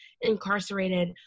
incarcerated